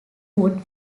wood